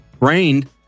Rained